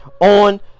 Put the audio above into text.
on